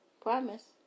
Promise